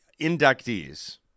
inductees